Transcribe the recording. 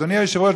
אדוני היושב-ראש,